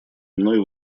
мной